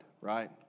right